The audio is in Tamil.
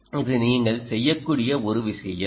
இது நீங்கள் செய்யக்கூடிய ஒரு விஷயம்